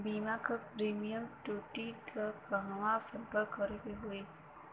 बीमा क प्रीमियम टूटी त कहवा सम्पर्क करें के होई?